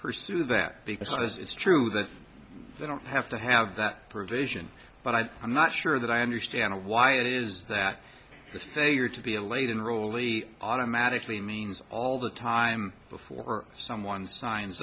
pursue that because it's true that they don't have to have that provision but i i'm not sure that i understand why it is that the failure to be allayed in relly automatically means all the time before someone signs